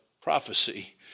prophecy